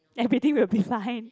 everything will be fine